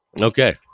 Okay